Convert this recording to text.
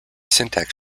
syntax